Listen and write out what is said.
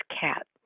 cat